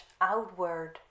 outward